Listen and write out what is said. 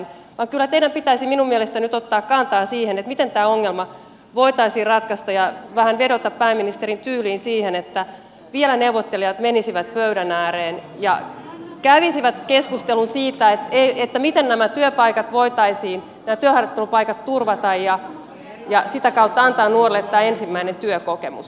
kyllä teidän pitäisi minun mielestäni nyt ottaa kantaa siihen miten tämä ongelma voitaisiin ratkaista ja vähän pääministerin tyyliin vedota neuvottelijoihin että he vielä menisivät pöydän ääreen ja kävisivät keskustelun siitä miten nämä työharjoittelupaikat voitaisiin turvata ja sitä kautta antaa nuorille tämä ensimmäinen työkokemus